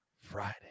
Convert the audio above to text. Friday